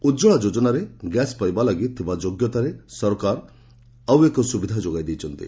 ଉଜଳା ଯୋଜନାରେ ଗ୍ୟାସ ପାଇବା ପାଇଁ ଥିବା ଯୋଗ୍ୟତାରେ ସରକାର ସୁବିଧା ଯୋଗାଇ ଦେଇଛନ୍ତି